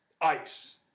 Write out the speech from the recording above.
ice